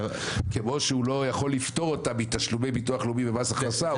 כמו שהוא לא יכול לפטור אותם מתשלומי ביטוח לאומי ומס הכנסה,